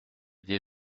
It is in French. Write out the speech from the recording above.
des